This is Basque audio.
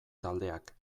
taldeak